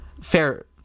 fair